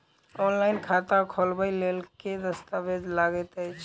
Online खाता खोलबय लेल केँ दस्तावेज लागति अछि?